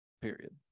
period